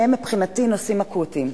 שהם מבחינתי נושאים אקוטיים,